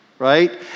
Right